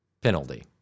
penalty